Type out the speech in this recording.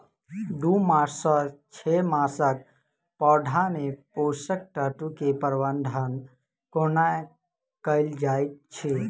दू मास सँ छै मासक पौधा मे पोसक तत्त्व केँ प्रबंधन कोना कएल जाइत अछि?